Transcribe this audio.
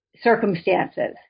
circumstances